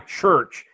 church